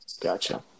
Gotcha